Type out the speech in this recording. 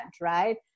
Right